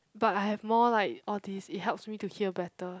but I have more like all this it helps me to hear better